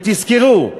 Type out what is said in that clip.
ותזכרו,